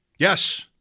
Yes